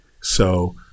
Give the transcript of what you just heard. So-